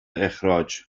اخراج